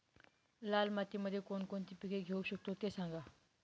लाल मातीमध्ये कोणकोणती पिके घेऊ शकतो, ते सांगा